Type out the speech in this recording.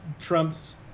Trump's